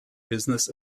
business